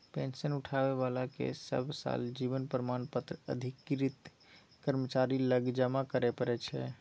pension उठाबै बलाकेँ सब साल जीबन प्रमाण पत्र अधिकृत कर्मचारी लग जमा करय परय छै